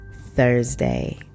Thursday